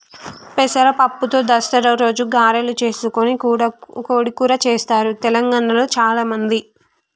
పెసర పప్పుతో దసరా రోజు గారెలు చేసుకొని కోడి కూర చెస్తారు తెలంగాణాల చాల మంది